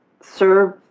serve